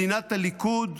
מדינת הליכוד,